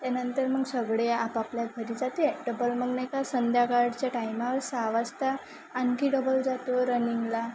त्यानंतर मग सगळे आपापल्या घरी जाते डबल मग नाही का संध्याकाळच्या टायमावर सहा वाजता आणखी डबल जातो रनिंगला